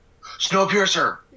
Snowpiercer